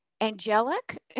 angelic